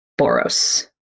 Boros